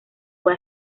fue